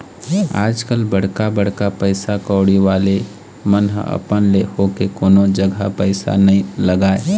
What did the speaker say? आजकल बड़का बड़का पइसा कउड़ी वाले मन ह अपन ले होके कोनो जघा पइसा नइ लगाय